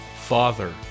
Father